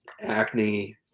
acne